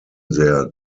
their